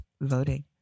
voting